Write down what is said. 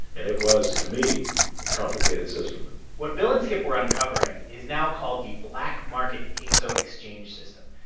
and it was, to me, a complicated system what bill and skip were uncovering is now called the black market peso exchange system.